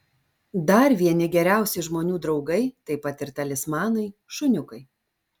dar vieni geriausi žmonių draugai taip pat ir talismanai šuniukai